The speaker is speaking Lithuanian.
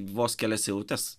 vos kelias eilutes